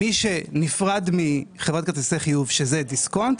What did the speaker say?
מי שנפרד מחברת כרטיסי חיוב שזה דיסקונט,